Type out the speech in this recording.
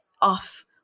off